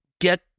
get